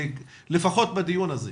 לפחות בדיון הזה.